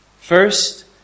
First